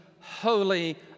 holy